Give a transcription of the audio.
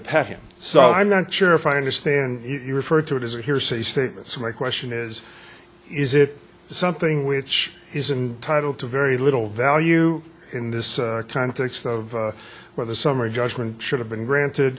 pet him so i'm not sure if i understand you refer to it as a hearsay statement so my question is is it something which isn't titled to very little value in this context of where the summary judgment should have been granted